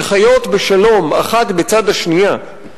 שחיות בשלום האחת בצד השנייה,